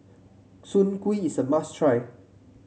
Soon Kuih is a must try